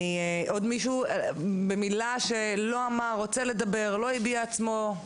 האם יש עוד מישהו שרוצה לדבר ולא הביע את עצמו?